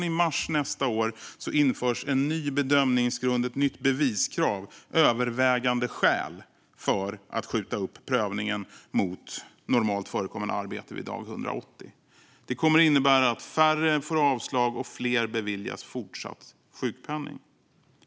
I mars nästa år införs en ny bedömningsgrund och ett nytt beviskrav, övervägande skäl, för att skjuta upp prövningen av normalt förekommande arbete vid dag 180. Det kommer att innebära att färre får avslag och fler beviljas fortsatt sjukpenning.